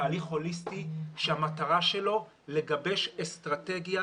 תהליך הוליסטי שהמטרה שלו היא לגבש אסטרטגיה